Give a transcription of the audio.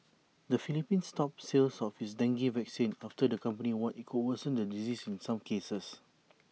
the Philippines stopped sales of his dengue vaccine after the company warned IT could worsen the disease in some cases